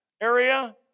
area